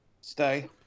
Stay